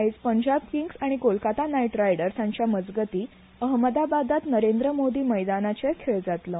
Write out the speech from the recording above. आयज पंजाब किंग्स आनी Kolkata knight riders हांचे मजगती अहमदाबादात नरेंद्र मोदी मैदानाचेर खेळ जातलो